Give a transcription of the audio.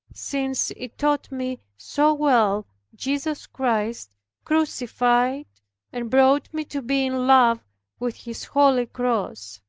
since it taught me so well jesus christ crucified and brought me to be in love with his holy cross.